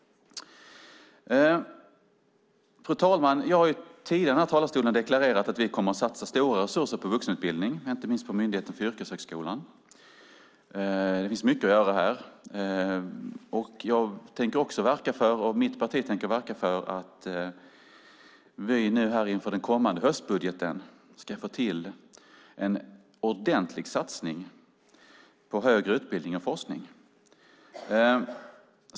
Fru talman! Jag har tidigare här i talarstolen deklarerat att vi kommer att satsa stora resurser på vuxenutbildning, inte minst på Myndigheten för yrkeshögskolan. Det finns mycket att göra här. Jag och mitt parti tänker också verka för att vi inför den kommande höstbudgeten ska få till en ordentlig satsning på högre utbildning och forskning.